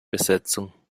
besetzung